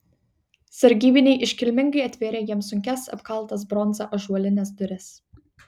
sargybiniai iškilmingai atvėrė jiems sunkias apkaltas bronza ąžuolines duris